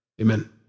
Amen